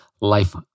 life